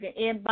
inbox